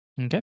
Okay